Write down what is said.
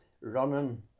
running